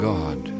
God